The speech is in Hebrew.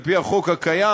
על-פי החוק הקיים,